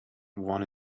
one